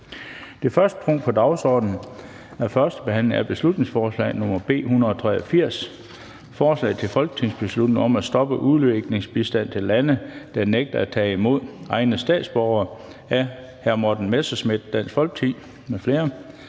Det første punkt på dagsordenen er: 1) 1. behandling af beslutningsforslag nr. B 183: Forslag til folketingsbeslutning om at stoppe udviklingsbistand til lande, der nægter at tage imod egne statsborgere. Af Morten Messerschmidt (DF) m.fl.